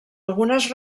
algunes